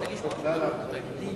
חבר הכנסת